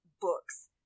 books